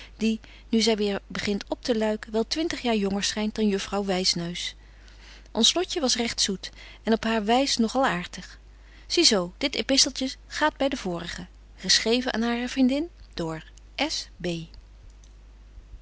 die nu zy weer begint opteluiken wel twintig jaar jonger schynt dan juffrouw wysneus ons lotje was regt zoet en op haar wys nog al aartig zie zo dit episteltje gaat by de vorigen geschreven aan hare vriendin